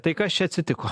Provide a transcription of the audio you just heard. tai kas čia atsitiko